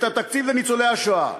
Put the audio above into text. את התקציב לניצולי השואה.